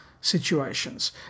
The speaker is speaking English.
situations